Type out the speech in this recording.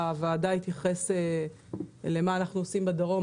הוועדה התייחס למה שאנחנו עושים בדרום.